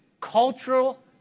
cultural